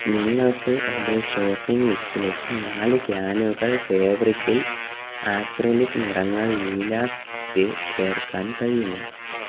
നിങ്ങൾക്ക് എന്റെ ഷോപ്പിംഗ് ലിസ്റ്റിലേക്ക് നാല് കാനുകൾ ഫേവ്രിക്കിൽ ആക്രിലിക് നിറങ്ങൾ ലിലാകിറ്റ് ചേർക്കാൻ കഴിയുമോ